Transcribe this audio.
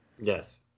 Yes